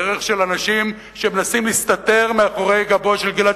דרך של אנשים שמנסים להסתתר מאחורי גבו של גלעד